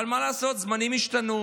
אבל מה לעשות, הזמנים השתנו.